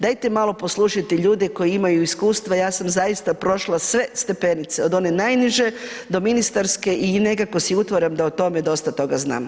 Dajte malo poslušajte ljude koji imaju iskustva, ja sam zaista prošla sve stepenice, od one najniže do ministarske i nekako si utvaram da o tome dosta toga znam.